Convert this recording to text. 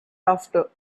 after